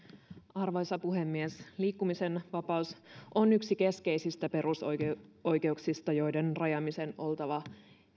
arvoisa puhemies liikkumisenvapaus on yksi keskeisistä perusoikeuksista joiden rajaamiseen on oltava